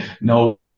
no